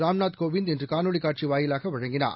ராம்நாத் கோவிந்த் இன்று காணொலி காட்சி வாயிலாக வழங்கினார்